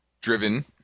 driven